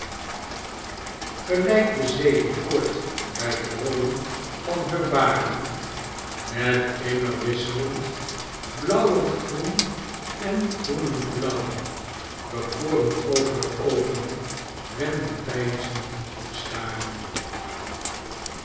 gelijk de zee bekoort bij t rolkn van heur baren met immer wisslend blauwend groen en groenend blauw bekoren ook heur oogen wen die peinzend staren